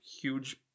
huge